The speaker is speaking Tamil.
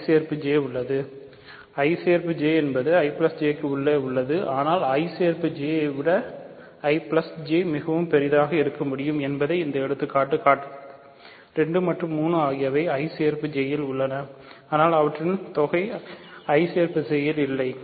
I J க்கு உள்ளே I சேர்ப்பு J இல் இல்லை